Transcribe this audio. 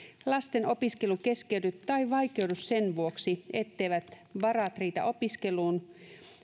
lasten opiskelu keskeydy tai vaikeudu sen vuoksi etteivät varat riitä opiskeluun